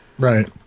Right